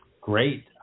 Great